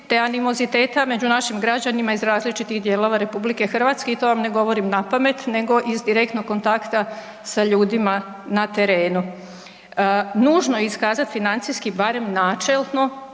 te animoziteta među našim građanima iz različitih dijelova RH i to vam ne govorim napamet nego iz direktnog kontakta sa ljudima na terenu. Nužno je iskazati financijski barem načelno